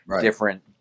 different